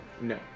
No